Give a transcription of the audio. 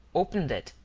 opened it,